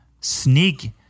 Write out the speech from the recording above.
sneak